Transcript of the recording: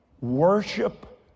worship